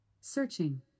Searching